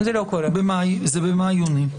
זה במאי-יוני.